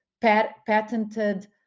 patented